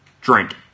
Drink